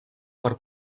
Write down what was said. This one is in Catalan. per